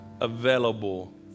available